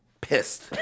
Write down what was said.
pissed